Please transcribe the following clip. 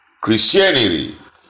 Christianity